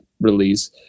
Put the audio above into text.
release